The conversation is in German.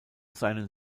seinen